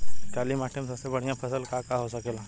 काली माटी में सबसे बढ़िया फसल का का हो सकेला?